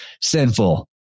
sinful